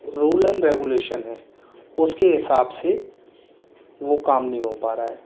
rule and regulation हैं उसके हिसाब से वह काम नहीं हो पा रहा है